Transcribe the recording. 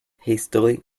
hastily